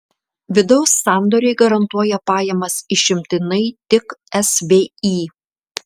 vidaus sandoriai garantuoja pajamas išimtinai tik svį